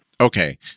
Okay